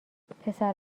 پسر